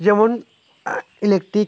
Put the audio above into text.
যেমন ইলেকট্রিক